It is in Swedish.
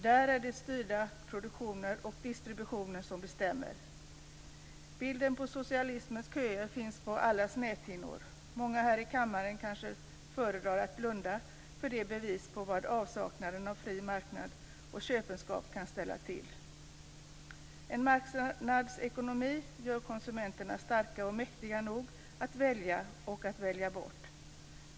Där är det styrda produktioner och distributioner som bestämmer. Bilder på socialismens köer finns på allas näthinnor. Många här i kammaren kanske föredrar att blunda för dessa bevis på vad avsaknaden av fri marknad och köpenskap kan ställa till. En marknadsekonomi gör konsumenterna starka och mäktiga nog att välja och att välja bort.